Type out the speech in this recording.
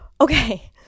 Okay